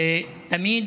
ותמיד